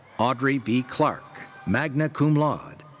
audrey b. clark, magna cum laude.